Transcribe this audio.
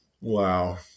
Wow